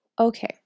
Okay